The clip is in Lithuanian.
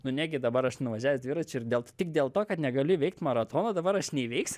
nu negi dabar aš nuvažiavęs dviračiu ir dėl t tik dėl to kad negaliu įveikt maratono dabar aš neįveiksiu